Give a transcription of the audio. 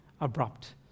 abrupt